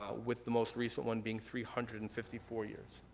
ah with the most recent one being three hundred and fifty four years.